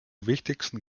wichtigsten